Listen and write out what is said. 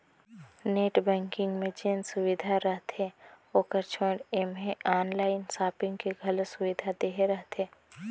net banking मे जेन सुबिधा रहथे ओकर छोयड़ ऐम्हें आनलाइन सापिंग के घलो सुविधा देहे रहथें